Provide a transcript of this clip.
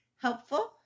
helpful